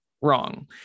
Wrong